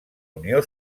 unió